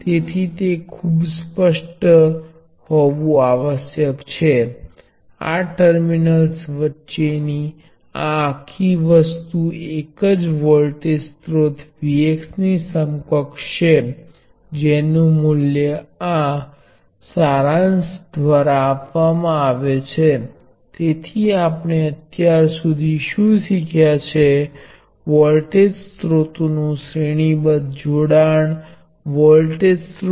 પછી આપણે કિર્ચહોફના પ્રવાહ ના કાયદા અને કિર્ચહોફના વોલ્ટેજ ના કાયદાથી આ પરિણામોને દરેક તત્વો માટેના IV સંબંધ સાથે જોડીએ છીએ અને શ્રેણી સંયોજનની પ્રકૃતિને બહાર કાઢીએ છીએ